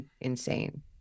insane